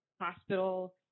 hospital